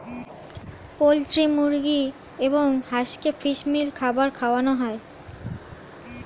poultry মুরগি এবং হাঁসকে ফিশ মিল খাবার খাওয়ানো হয়